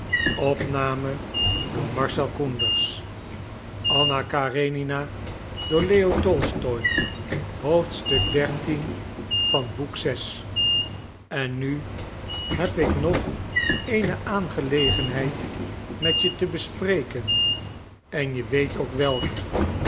en nu heb ik nog eene aangelegenheid met je te bespreken en je weet ook welke